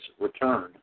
return